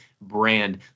brand